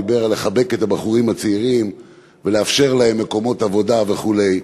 דיבר על לחבק את הבחורים הצעירים ולאפשר להם מקומות עבודה וכו'.